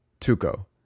Tuco